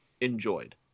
enjoyed